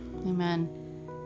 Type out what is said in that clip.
Amen